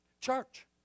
church